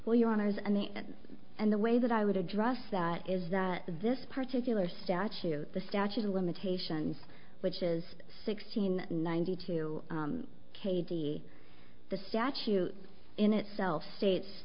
well your honour's and the and and the way that i would address that is that this particular statute the statute of limitations which is sixteen ninety two k d the statute in itself states